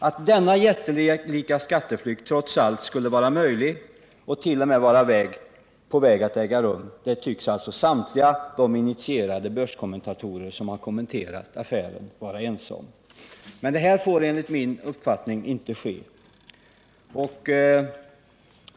Att denna jättelika skatteflykt trots allt skulle vara möjlig och t.o.m. på väg att äga rum tycks samtliga initierade börskommentatorer som kommenterat affären vara ense om. Detta får enligt min uppfattning inte ske.